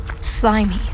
slimy